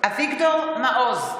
מתחייב אני אביגדור מעוז,